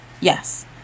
Yes